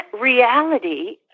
reality